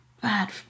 bad